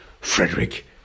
Frederick